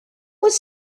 was